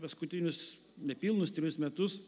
paskutinius nepilnus trejus metus